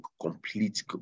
complete